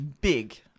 big